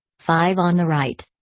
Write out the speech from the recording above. five on the right.